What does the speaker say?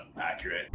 accurate